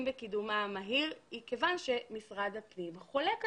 בקידומה המהיר היא כיוון שמשרד הפנים חולק עלינו.